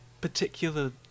particular